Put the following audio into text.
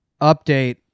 update